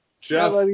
Jeff